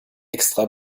extra